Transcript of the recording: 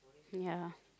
ya